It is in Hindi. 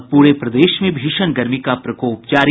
और पूरे प्रदेश में भीषण गर्मी का प्रकोप जारी